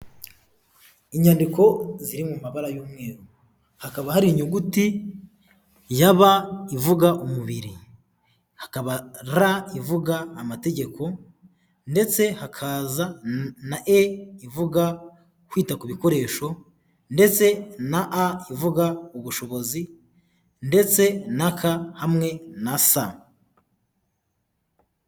Inyandiko ziri mu mabara y'umweru hakaba hari inyuguti ya B ivuga umubiri, hakaba R ivuga amategeko, ndetse hakaza na E ivuga kwita ku bikoresho, ndetse na A ivuga ubushobozi ndetse na K hamwe na S.